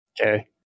Okay